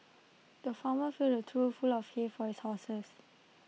the farmer filled A trough full of hay for his horses